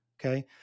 Okay